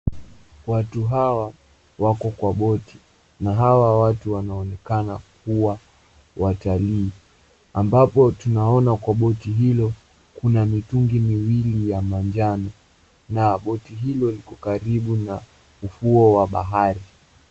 Watu hawa wako kwa boti na hawa watu wanaonekana kuwa watalii, ambapo tunaona kwa boti hilo kuna mitungi miwili ya manjano na boti hilo liko karibu na ufuo wa bahari.